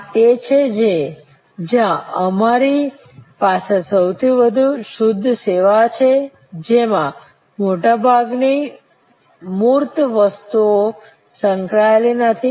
આ તે છે જ્યાં અમારી પાસે સૌથી વધુ શુદ્ધ સેવાઓ છે જેમાં મોટાભાગની મૂર્ત વસ્તુઓ સંકળાયેલી નથી